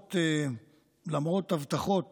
למרות הבטחות